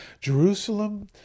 Jerusalem